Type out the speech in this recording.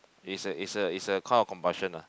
is a is a is a kind of combustion ah